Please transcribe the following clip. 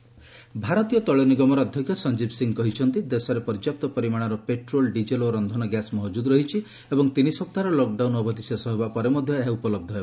IOC chairman ଭାରତୀୟ ତେଳନିଗମର ଅଧ୍ୟକ୍ଷ ସଞ୍ଜୀବ ସିଂ କହିଛନ୍ତି ଦେଶରେ ପର୍ଯ୍ୟାପ୍ତ ପରିମାଣର ପେଟ୍ରୋଲ ଡିଜେଲ ଓ ରନ୍ଧନ ଗ୍ୟାସ ମହକୁଦ୍ ରହିଛି ଏବଂ ତିନି ସପ୍ତାହର ଲକ୍ ଡାଉନ୍ ଅବଧି ଶେଷ ହେବା ପରେ ମଧ୍ୟ ଏହା ଉପଲବ୍ଧ ହେବ